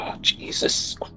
Jesus